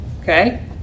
Okay